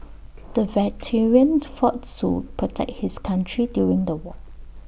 the veteran fought to protect his country during the war